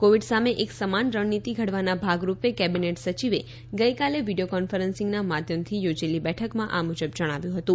Covid સામે એક સમાન રણનીતિ ઘડવાના ભાગરૂપે કેબિનેટ સચિવે ગઈકાલે વીડિયો કોન્ફરન્સિંગના માધ્યમથી યોજેલી બેઠકમાં આ મુજબ જણાવ્યું હતું